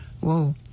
whoa